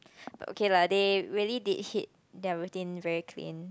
but okay lah they really did hit their routine very clean